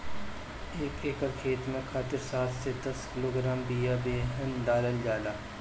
एक एकर खेत के खातिर सात से दस किलोग्राम बिया बेहन डालल जाला?